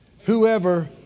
Whoever